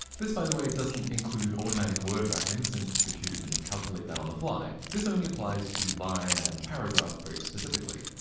this by the way doesn't include automatic word wrapping since the computer can calculate that on the fly. this only applies to line and paragraph breaks specifically.